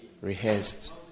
rehearsed